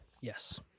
Yes